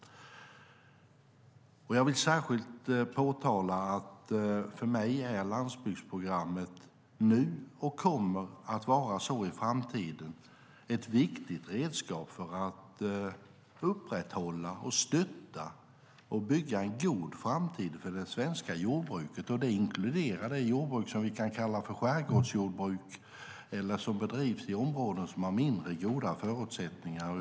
Jag vill särskilt påtala att för mig är landsbygdsprogrammet nu, och kommer att vara så i framtiden, ett viktigt redskap för att upprätthålla, stötta och bygga en god framtid för det svenska jordbruket. Det inkluderar de jordbruk som vi kan kalla för skärgårdsjordbruk eller som bedrivs i områden som har mindre goda förutsättningar.